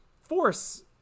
force